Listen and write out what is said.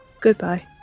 Goodbye